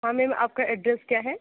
हाँ मैम आपका एड्रेस क्या है